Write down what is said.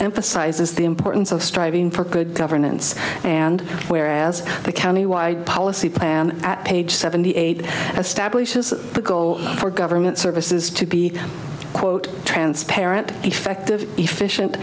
emphasizes the importance of striving for good governance and whereas the countywide policy at page seventy eight establishes the goal for government services to be quote transparent effective efficient